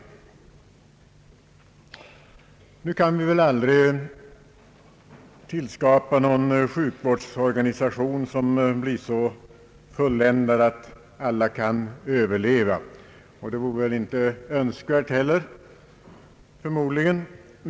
Vi lär väl aldrig kuna tillskapa en sjukvårdsorganisation, som blir så fulländad att alla kan överleva och det vore väl förmodligen inte heller önskvärt.